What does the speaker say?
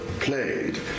played